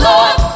Lord